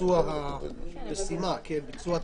ביצוע התפקיד.